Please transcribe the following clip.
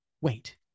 wait